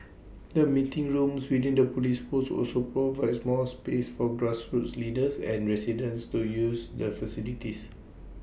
the meeting rooms within the Police post also provide more space for grassroots leaders and residents to use the facilities